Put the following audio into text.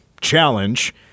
Challenge